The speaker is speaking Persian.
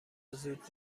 زود